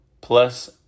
plus